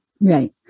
Right